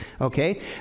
okay